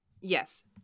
Yes